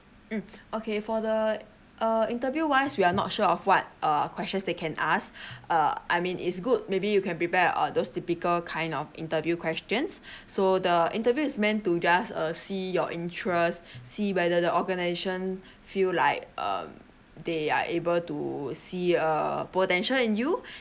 mm okay for the err interview wise we are not sure of what err questions they can ask uh I mean is good maybe you can prepare uh those typical kind of interview questions so the interview is meant to just uh see your interest see whether the organisation feel like um they are able to see uh potential in you